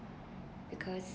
because